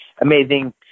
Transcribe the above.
amazing